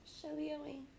Shelly